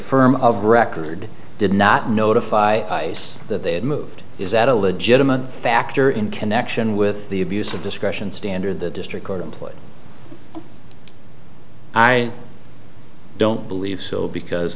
firm of record did not notify us that they had moved is that a legitimate factor in connection with the abuse of discretion standard the district court employed i i don't believe so because